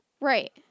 Right